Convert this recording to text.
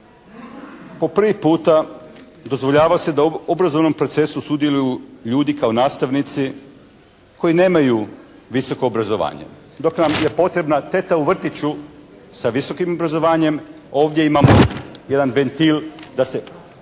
po prvi puta dozvoljava se da u obrazovnom procesu sudjeluju ljudi kao nastavnici koji nemaju visoko obrazovanje. Dok nam je potrebna teta u vrtiću sa visokim obrazovanjem ovdje imamo jedan ventil da se u ovaj